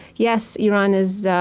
yes, iran is.